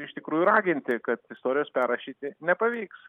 iš tikrųjų raginti kad istorijos perrašyti nepavyks